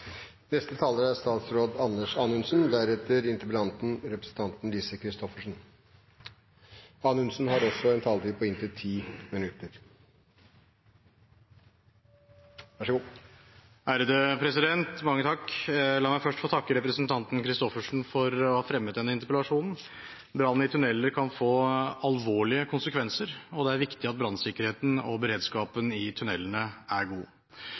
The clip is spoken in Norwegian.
La meg først få takke representanten Christoffersen for å ha fremmet denne interpellasjonen. Brann i tunneler kan få alvorlige konsekvenser, og det er viktig at brannsikkerheten og beredskapen i tunnelene er god.